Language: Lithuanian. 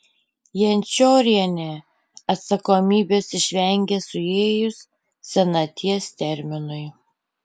jančiorienė atsakomybės išvengė suėjus senaties terminui